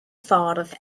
ffordd